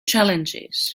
challenges